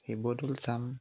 শিৱদ'ল চাম